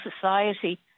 society